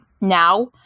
now